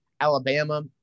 Alabama